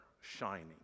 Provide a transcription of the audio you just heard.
shining